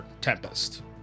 Tempest